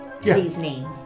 seasoning